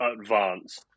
advance